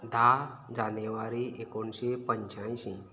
धा जानेवारी एकुणशें पंच्यायंशी